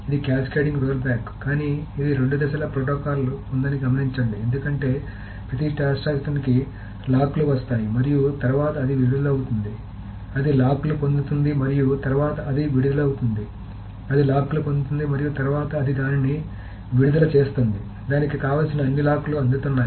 కాబట్టి ఇది cascading rollback కానీ ఇది రెండు దశల ప్రోటోకాల్లో ఉందని గమనించండి ఎందుకంటే ప్రతి ట్రాన్సాక్షన్ కి లాక్ లు వస్తాయి మరియు తరువాత అది విడుదలవుతుంది అది లాక్ లు పొందుతుంది మరియు తర్వాత అది విడుదలవుతుంది అది లాక్ లు పొందుతుంది మరియు తరువాత అది దానిని విడుదల చేస్తుంది దానికి కావలసిన అన్ని లాక్ లు అందుతున్నాయి